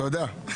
תודה,